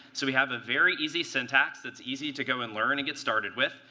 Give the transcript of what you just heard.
so we have a very easy syntax that's easy to go and learn to get started with.